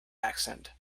accent